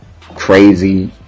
crazy